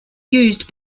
used